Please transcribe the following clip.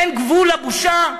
אין גבול לבושה?